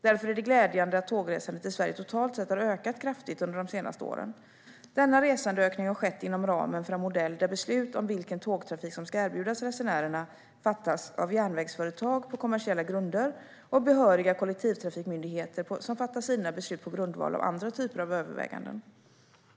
Därför är det glädjande att tågresandet i Sverige totalt sett har ökat kraftigt under de senaste åren. Denna resandeökning har skett inom ramen för en modell där beslut om vilken tågtrafik som ska erbjudas resenärerna fattas av järnvägsföretag på kommersiella grunder och behöriga kollektivtrafikmyndigheter som fattar sina beslut på grundval av andra typer av överväganden.